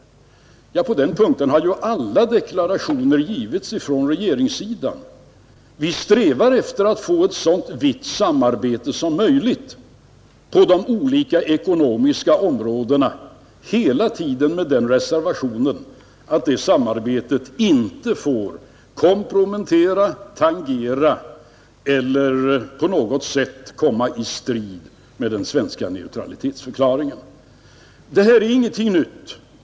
Ja, på den punkten har deklarationer givits från regeringens sida. Vi strävar efter att få ett så vitt samarbete som möjligt på de olika ekonomiska områdena, hela tiden med den reservationen att det samarbetet inte får kompromettera, tangera eller på något sätt komma i strid med den svenska neutralitetsförklaringen. Detta är ingenting nytt.